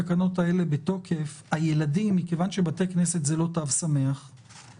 התקנות האלה זה בעצם מדיניות שנכנסה בחצות